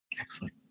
Excellent